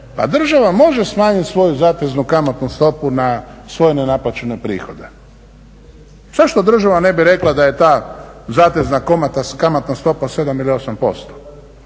država može smanjiti svoju zateznu kamatnu stopu na svoje nenaplaćene prihode. Zašto država ne bi rekla da je ta zatezna kamatna stopa od 7 ili 8%?